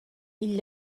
igl